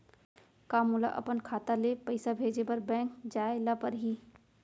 का मोला अपन खाता ले पइसा भेजे बर बैंक जाय ल परही?